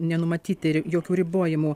nenumatyti ri jokių ribojimų